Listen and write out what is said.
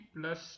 plus